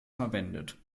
verwendet